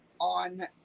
on